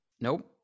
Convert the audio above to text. nope